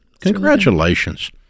Congratulations